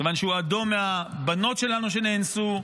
כיוון שהוא אדום מהבנות שלנו שנאנסו,